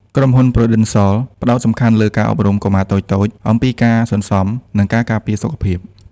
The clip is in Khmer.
ក្រុមហ៊ុន ព្រូដិនសល (Prudential) ផ្ដោតសំខាន់លើការអប់រំកុមារតូចៗអំពីការសន្សំ និងការការពារសុខភាព។